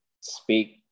speak